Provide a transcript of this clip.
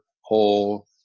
whole